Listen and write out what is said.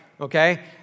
okay